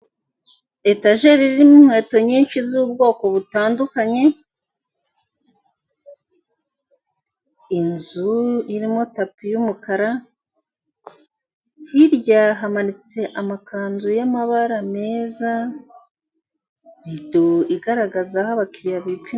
Etajeri irimo inkweto nyinshi z'ubwoko butandukanye, inzu irimo tapi yumukara, hirya hamanitse amakanzu y'amabara meza, rido igaragaza aho abakiriya bipimira.